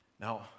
Now